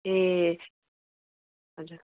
ए हजुर